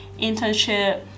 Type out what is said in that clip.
internship